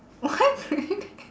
why creative